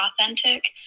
authentic